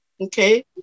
okay